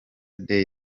day